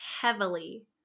heavily